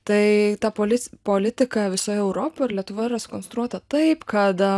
tai ta polis politika visoje europoj ir lietuvoj yra sukonstruota taip kad